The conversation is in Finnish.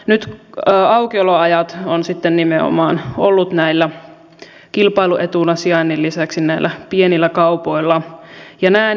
nyt aukioloajat ovat sitten nimenomaan olleet näillä pienillä kaupoilla kilpailuetuna sijainnin lisäksi